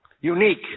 unique